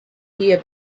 here